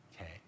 okay